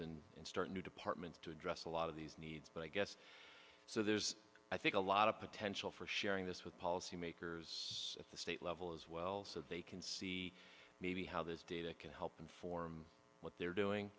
and start new departments to address a lot of these needs but i guess so there's i think a lot of potential for sharing this with policymakers at the state level as well so they can see maybe how this data can help inform what they're